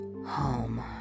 Home